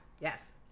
Yes